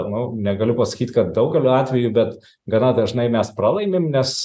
nu negaliu pasakyt kad daugeliu atvejų bet gana dažnai mes pralaimim nes